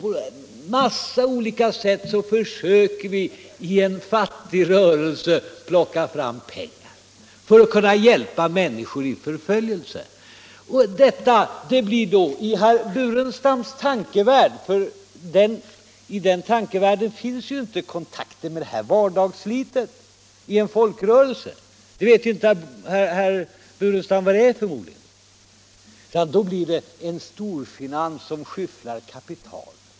På många olika sätt försöker vi i en fattig rörelse plocka fram pengar för att kunna hjälpa människor under förföljelse. I herr Burenstam Linders tankevärld finns ju ingen kontakt med vardagsslitet i en folkrörelse — det vet herr Burenstam Linder förmodligen inte vad det är — utan för honom blir det en storfinans som skyfflar kapital.